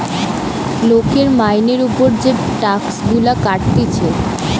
লোকের মাইনের উপর যে টাক্স গুলা কাটতিছে